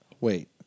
wait